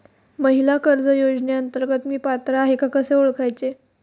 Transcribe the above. महिला कर्ज योजनेअंतर्गत मी पात्र आहे का कसे ओळखायचे?